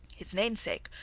his namesake,